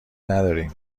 نداریم